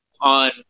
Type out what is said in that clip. on